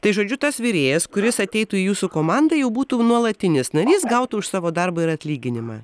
tai žodžiu tas virėjas kuris ateitų į jūsų komandą jau būtų nuolatinis narys gautų už savo darbą ir atlyginimą